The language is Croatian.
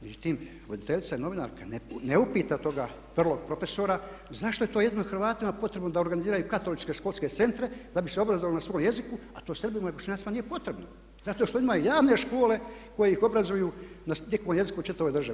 Međutim, voditeljica novinarka ne upita toga vrlog profesora zašto je to jedino Hrvatima potrebno da organiziraju katoličke školske centre da bi se obrazovali na svom jeziku, a to Srbima i Bošnjacima nije potrebno zato što imaju javne škole koje ih obrazuju na njihovom jeziku u čitavoj državi.